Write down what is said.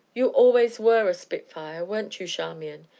you always were a spitfire, weren't you, charmian?